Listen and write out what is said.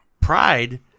pride